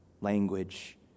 language